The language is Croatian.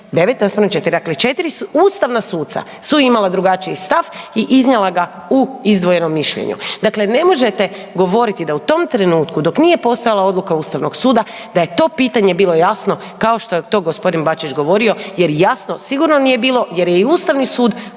4. Dakle, 4 ustavna suca su imala drugačiji stav i iznijela ga u izdvojenom mišljenju. Dakle, ne možete govoriti da u tom trenutku dok nije postojala odluka Ustavnog suda je to pitanje bilo jasno kao što je to gospodin Bačić govori, jer jasno sigurno nije bilo jer je i Ustavni sud u